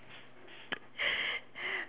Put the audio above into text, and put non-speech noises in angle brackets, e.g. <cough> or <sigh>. <noise>